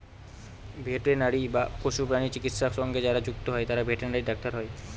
veterinary বা পশুপ্রাণী চিকিৎসা সঙ্গে যারা যুক্ত হয় তারা ভেটেনারি ডাক্তার হয়